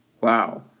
Wow